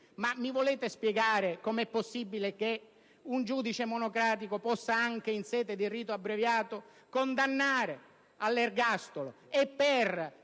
Mi volete spiegare come è possibile che un giudice monocratico possa anche in sede di rito abbreviato condannare all'ergastolo e per